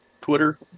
Twitter